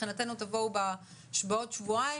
מבחינתנו תבואו בעוד שבועיים,